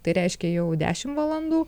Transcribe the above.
tai reiškia jau dešim valandų